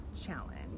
challenge